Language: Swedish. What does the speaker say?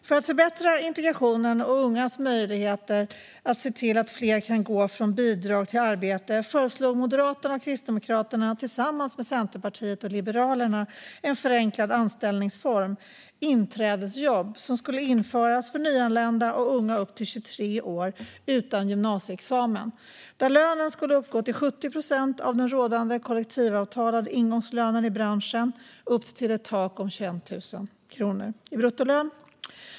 För att förbättra integrationen och ungas möjligheter och för att se till att fler kan gå från bidrag till arbete föreslog Moderaterna och Kristdemokraterna tillsammans med Centerpartiet och Liberalerna en förenklad anställningsform - inträdesjobb - som skulle införas för nyanlända och unga upp till 23 år utan gymnasieexamen. Lönen skulle uppgå till 70 procent av den rådande kollektivavtalade ingångslönen i branschen upp till ett tak på 21 000 kronor i bruttolön.